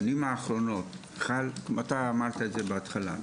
כפי שאמרת בהתחלה,